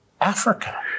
Africa